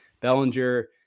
Bellinger